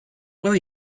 will